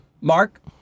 Mark